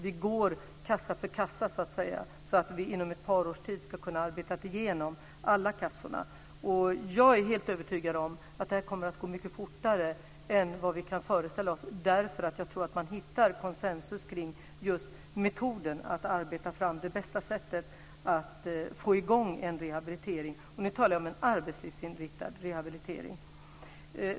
Vi går kassa för kassa så att säga, så att vi inom ett par års tid ska kunna ha arbetat igenom alla kassorna. Jag är helt övertygad om att det kommer att gå mycket fortare än vad vi kan föreställa oss, därför att jag tror att man kommer att hitta konsensus om metoden för att arbeta fram det bästa sättet att få i gång en rehabilitering, och nu talar jag om en arbetslivsinriktad rehabilitering.